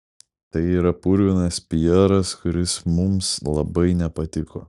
tai yra purvinas piaras kuris mums labai nepatiko